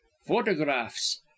photographs